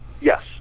Yes